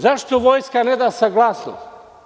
Zašto vojska ne da saglasnost?